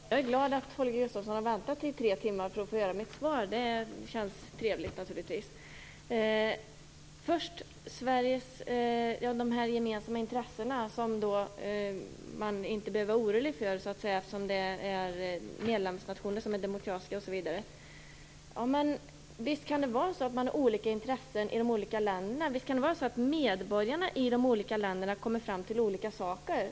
Fru talman! Jag är glad att Holger Gustafsson har väntat i tre timmar för att få höra mitt svar. Det känns naturligtvis trevligt. Holger Gustafsson talade om de gemensamma intressena, som man inte behöver vara orolig för eftersom medlemsnationerna är demokratiska osv. Men visst kan det vara så att man har olika intressen i de olika länderna? Visst kan medborgarna i de olika länderna komma fram till olika saker?